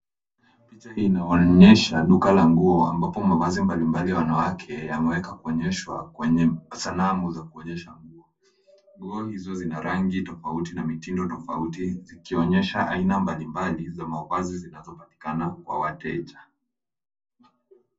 Picha inaonyesha duka la nguo, ambapo mavazi mbalimbali ya wanawake yamewekwa kuonyesha kwenye sanamu za kuonyesha nguo. Nguo hizo zina rangi tofauti, na mitindo tofauti zikionyesha aina mbalimbali za mavazi zinazopatikana kwa wateja.